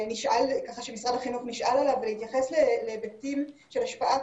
שמשרד החינוך נשאל עליו ולהתייחס להיבטים של השפעת